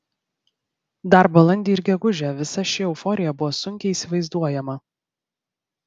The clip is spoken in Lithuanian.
dar balandį ir gegužę visa ši euforija buvo sunkiai įsivaizduojama